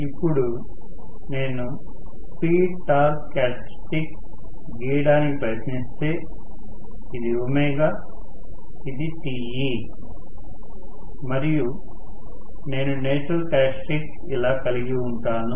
ఇప్పుడు నేను speed torque characteristics గీయడానికి ప్రయత్నిస్తే ఇది ω ఇది Teమరియు నేను నేచురల్ క్యారెక్టర్ స్టిక్స్ ఇలా కలిగి ఉంటాను